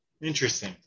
interesting